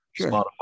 spotify